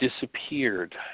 disappeared